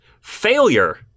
failure